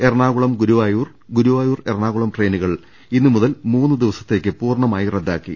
Ernakulam Guruvayur Guruvayur Ernakulam ട്രെയിനുകൾ ഇന്നു മുതൽ മൂന്ന് ദിവസത്തേക്ക് പൂർണമായി റദ്ദാക്കി